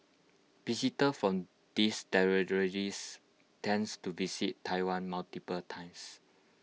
visitors from these territories tends to visit Taiwan multiple times